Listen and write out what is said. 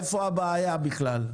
איפה הבעיה בכלל?